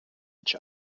each